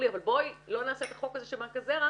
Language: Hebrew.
בואי לא נעשה את החוק הזה של בנק הזרע